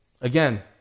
again